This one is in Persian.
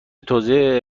توسعه